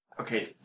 okay